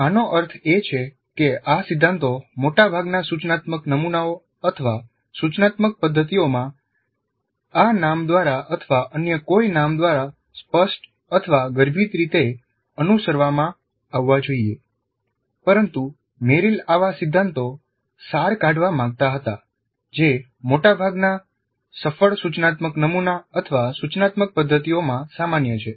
આનો અર્થ એ છે કે આ સિદ્ધાંતો મોટાભાગના સૂચનાત્મક નમૂનાઓ અથવા સૂચનાત્મક પદ્ધતિઓમાં આ નામ દ્વારા અથવા અન્ય કોઈ નામ દ્વારા સ્પષ્ટ અથવા ગર્ભિત રીતે અનુસરવામાં આવવા જોઈએપરંતુ મેરિલ આવા સિદ્ધાંતો સાર કાઢવા માંગતા હતા જે મોટાભાગના સફળ સૂચનાત્મક નમુના અથવા સૂચનાત્મક પદ્ધતિઓમાં સામાન્ય છે